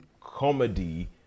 comedy